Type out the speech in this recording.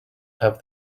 have